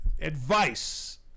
advice